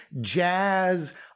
jazz